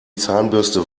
zahnbürste